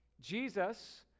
Jesus